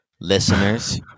Listeners